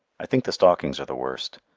i think the stockings are the worst,